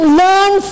learn